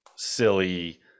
silly